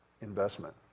investment